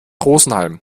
rosenheim